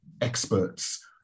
experts